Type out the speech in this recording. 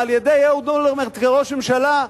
קדימה, על-ידי אהוד אולמרט כראש ממשלה,